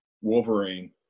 Wolverine